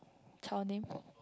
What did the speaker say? child name